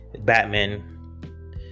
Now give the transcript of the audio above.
batman